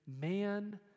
man